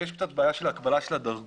ויש קצת בעיה של ההקבלה של הדרגות,